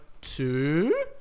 two